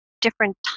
different